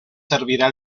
servirá